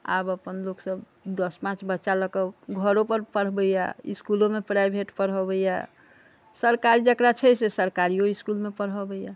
आब अपन लोक सब दस पाँच बच्चा लऽके घरोपर पढ़बै यऽ इसकुलोमे प्राइवेट पढ़बबै यऽ सरकारी जकरा छै से सरकारियो इसकुलमे पढ़बै यऽ